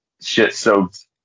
shit-soaked